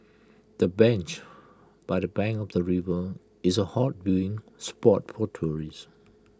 the bench by the bank of the river is A hot viewing spot for tourists